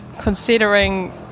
considering